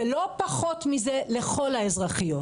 ולא פחות מזה לכל האזרחיות,